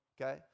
okay